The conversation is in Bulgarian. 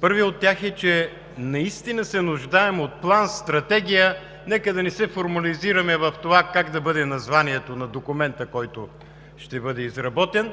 Първият от тях е, че наистина се нуждаем от план, стратегия – нека да не се формализираме как да бъде названието на документа, който ще бъде изработен.